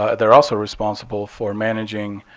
ah they're also responsible for managing